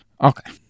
Okay